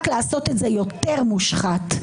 רק לעשות את זה יותר מושחת.